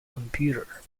computer